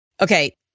Okay